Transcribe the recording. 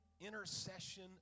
intercession